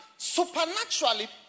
supernaturally